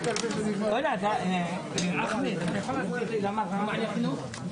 לדייק אותם.